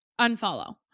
unfollow